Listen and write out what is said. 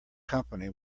company